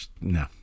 No